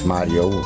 Mario